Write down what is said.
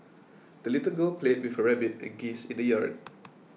the little girl played with her rabbit and geese in the yard